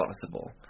possible